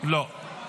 לא.